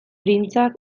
printzak